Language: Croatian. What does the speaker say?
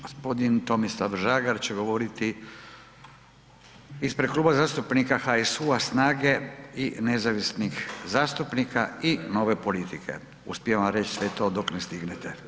G. Tomislav Žagar će govoriti ispred Kluba zastupnika HSU-a, SNAGA-e, nezavisnih zastupnika i Nove politike, uspijevam reći sve to dok ne stignete.